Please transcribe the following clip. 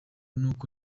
n’uko